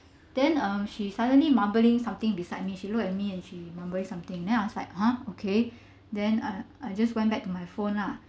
then um she started mumbling something beside me she look at me and she mumbling something then I was like !huh! okay then uh I just went back to my phone lah